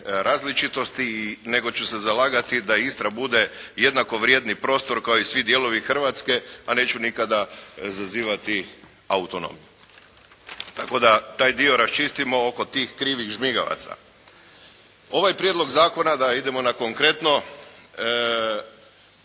različitosti nego ću se zalagati da Istra bude jednako vrijedni prostor kao i svi dijelovi Hrvatske, a neću nikada izazivati autonomiju. Tako da taj dio raščistimo oko tih krivih žmigavaca. Ovaj prijedlog zakona da idemo na konkretno,